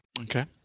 Okay